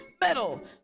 metal